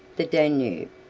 the danube,